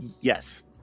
Yes